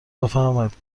بفرمایید